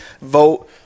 Vote